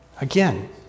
Again